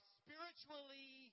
spiritually